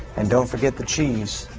and don't forget the cheese.